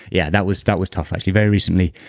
yeah that was that was tough. actually very recently,